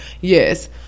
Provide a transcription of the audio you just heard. yes